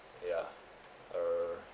ya err